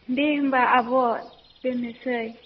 दे होम्बा आब' दोननोसै